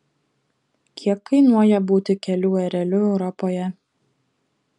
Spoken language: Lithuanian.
kiek kainuoja būti kelių ereliu europoje